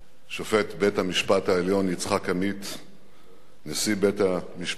שופט בית-המשפט העליון יצחק עמית, נשיא בית-המשפט